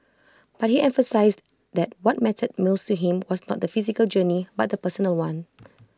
but he emphasised that what mattered most to him was not the physical journey but the personal one